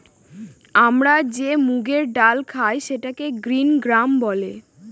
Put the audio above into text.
আমরা যে মুগের ডাল খায় সেটাকে গ্রিন গ্রাম বলে